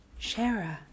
Shara